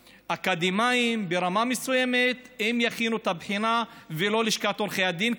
שאקדמאים ברמה מסוימת יכינו את הבחינה ולא לשכת עורכי הדין,